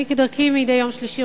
כדרכי מדי יום שלישי,